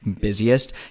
busiest